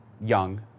young